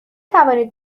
توانید